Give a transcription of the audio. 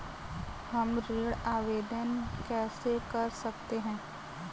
हम ऋण आवेदन कैसे कर सकते हैं?